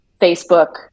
Facebook